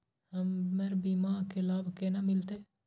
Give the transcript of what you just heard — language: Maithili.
हमर बीमा के लाभ केना मिलते?